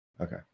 okay